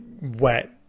wet